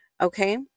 Okay